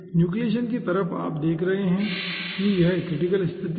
nucleation की तरफ आप देख रहे हैं कि यह क्रिटिकल स्तिथि है